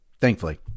thankfully